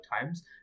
times